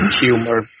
humor